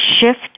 shift